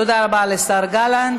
תודה רבה לשר גלנט.